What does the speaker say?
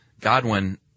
Godwin